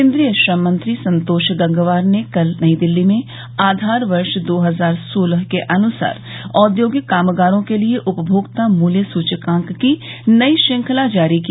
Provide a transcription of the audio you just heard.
केन्द्रीय श्रम मंत्री संतोष गंगवार ने कल नई दिल्ली में आधार वर्ष दो हजार सोलह के अनुसार औद्योगिक कामगारों के लिए उपभोक्ता मूल्य सूचकांक की नई श्रृंखला जारी की